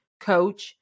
coach